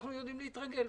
אנחנו יודעים להתרגל,